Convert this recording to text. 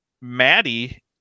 maddie